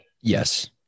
yes